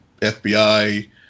FBI